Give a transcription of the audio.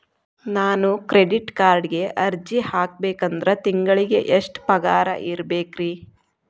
ನಾನು ಕ್ರೆಡಿಟ್ ಕಾರ್ಡ್ಗೆ ಅರ್ಜಿ ಹಾಕ್ಬೇಕಂದ್ರ ತಿಂಗಳಿಗೆ ಎಷ್ಟ ಪಗಾರ್ ಇರ್ಬೆಕ್ರಿ?